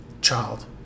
child